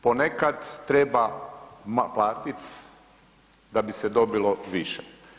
Ponekad treba platiti da bi se dobilo više.